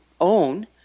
own